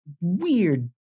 weird